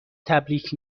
تبریک